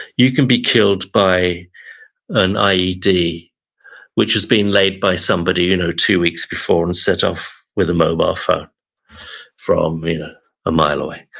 you can be killed by an ied, which has been laid by somebody you know two weeks before and set off with a mobile phone from a mile away.